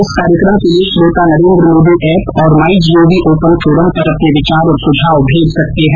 इस कार्यक्रम के लिए श्रोता नरेन्द्र मोदी एप और my G O V open forum पर अपने विचार और सुझाव भेज सकते हैं